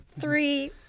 Three